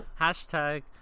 Hashtag